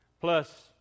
plus